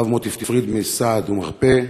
הרב מוטי פריד מ"סעד ומרפא"